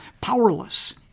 powerless